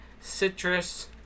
citrus